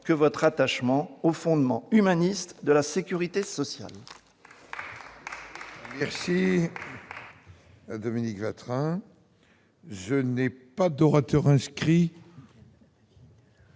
que votre attachement aux fondements humanistes de la sécurité sociale